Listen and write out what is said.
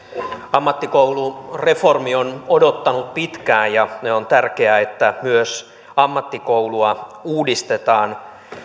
ammattikoulureformi on odottanut pitkään ja on tärkeää että myös ammattikoulua uudistetaan